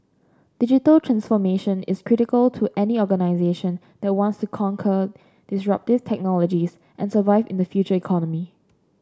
digital transformation is critical to any organisation that wants to conquer disruptive technologies and survive in the Future Economy